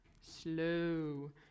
slow